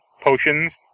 potions